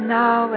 now